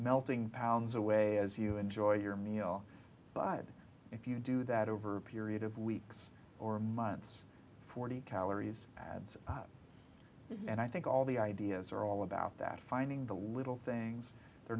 melting pounds away as you enjoy your meal but if you do that over a period of weeks or months forty calories adds up and i think all the ideas are all about that finding the little things